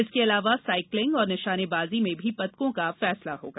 इसके अलावा साइकिलिंग और निशानेबाजी में भी पदकों का फैसला होगा